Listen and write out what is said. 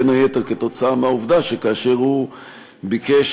בין היתר כתוצאה מהעובדה שכאשר הוא ביקש